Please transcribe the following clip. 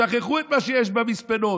שכחו את מה שיש במספנות,